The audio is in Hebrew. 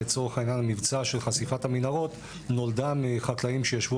לצורך העניין של חשיפת המנהרות נולדה מחקלאים שישבו